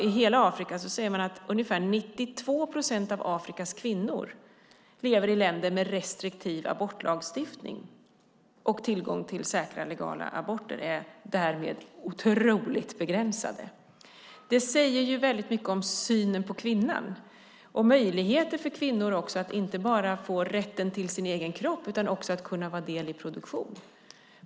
I hela Afrika lever ungefär 92 procent av kvinnorna i länder med restriktiv abortlagstiftning, och tillgången till säkra, legala, aborter är därmed otroligt begränsad. Det säger mycket om synen på kvinnan och möjligheter för kvinnor att inte bara få rätten till sin egen kropp utan också att vara del i produktionen.